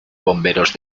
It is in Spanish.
bomberos